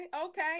okay